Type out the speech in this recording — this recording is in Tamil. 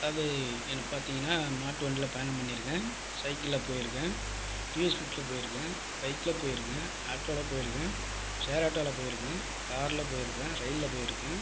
அது எனக்கு பார்த்தீங்கன்னா மாட்டு வண்டியில் பயணம் பண்ணிருக்கேன் சைக்கிளில் போயிருக்கேன் டிவிஎஸ் ஃபிப்ட்டியில போயிருக்கேன் பைக்கில போயிருக்கேன் ஆட்டோவில போயிருக்கேன் ஷேர் ஆட்டோவில போயிருக்கேன் காரில் போயிருக்கேன் ரயிலில் போயிருக்கேன்